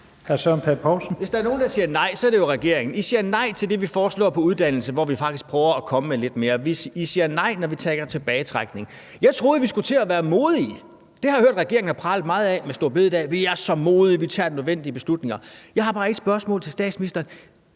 nogen, der siger nej, er det jo regeringen. I siger nej til det, vi foreslår på uddannelsesområdet, hvor vi faktisk prøver at komme med lidt mere. I siger nej, når vi taler om tilbagetrækning. Jeg troede, at vi skulle til at være modige. Det har jeg hørt at regeringen har pralet meget af i forbindelse med store bededag: Vi er så modige, vi tager de nødvendige beslutninger. Jeg har bare et spørgsmål til statsministeren: